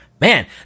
man